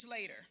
later